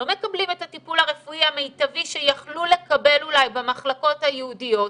לא מקבלים את הטיפול הרפואי המיטבי שיכלו לקבל אולי במחלקות הייעודיות,